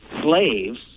slaves